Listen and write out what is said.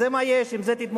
אז זה מה יש, עם זה תתמודדו,